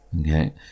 Okay